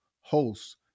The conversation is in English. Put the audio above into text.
hosts